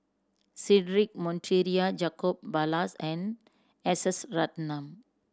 Cedric Monteiro Jacob Ballas and S S Ratnam